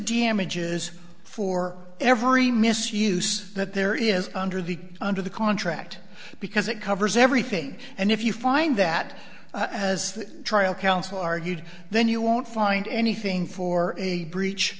midges for every misuse that there is under the under the contract because it covers everything and if you find that as the trial counsel argued then you won't find anything for a breach